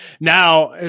now